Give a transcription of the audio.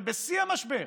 ובשיא המשבר,